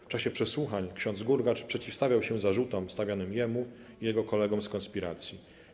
W czasie przesłuchań ksiądz Gurgacz przeciwstawiał się zarzutom stawianym Jemu i Jego kolegom z konspiracji.